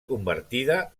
convertida